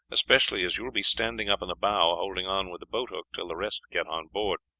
especially as you will be standing up in the bow holding on with the boat hook till the rest get on board.